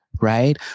Right